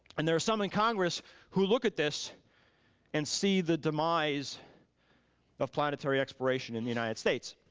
and there's some in congress who look at this and see the demise of planetary exploration in the united states.